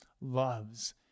loves